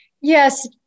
Yes